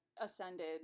ascended